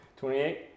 28